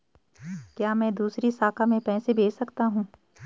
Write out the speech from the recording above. क्या मैं दूसरी शाखा में पैसे भेज सकता हूँ?